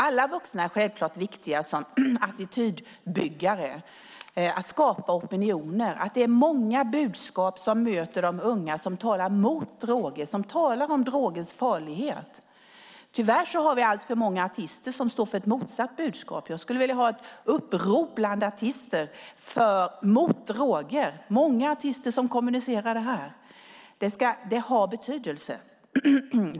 Alla vuxna är självklart viktiga som attitydbyggare, för att skapa opinion, att det är många budskap som möter de unga som talar mot droger, som talar om drogers farlighet. Tyvärr finns det alltför många artister som står för ett motsatt budskap. Jag skulle vilja ha ett upprop bland artister mot droger. Jag vill att många artister ska kommunicera detta. Det har betydelse.